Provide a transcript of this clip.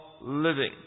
living